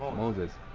moses